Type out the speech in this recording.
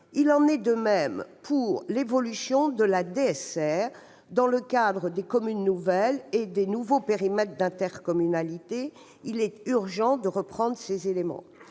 Il en est de même de l'évolution de la DSR dans le cadre des communes nouvelles et des nouveaux périmètres d'intercommunalité. Il est urgent de reprendre ces éléments.